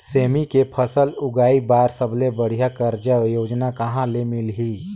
सेमी के फसल उगाई बार सबले बढ़िया कर्जा योजना कहा ले मिलही?